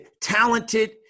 talented